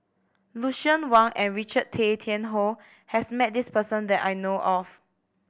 Lucien Wang and Richard Tay Tian Hoe has met this person that I know of